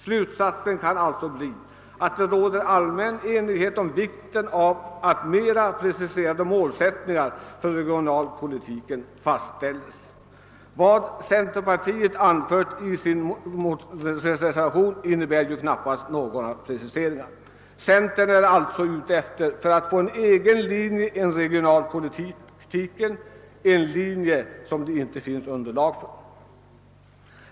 Slutsatsen kan alltså bli att det råder allmän enighet om vikten av att mera preciserade målsättningar för regionalpolitiken fastställs. Vad centerpartiet anfört i sin reservation innebär ju knappast några preciseringar. Centern är alltså ute efter att få en egen linje i regionalpolitiken, en linje som det inte finns underlag för.